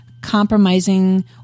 compromising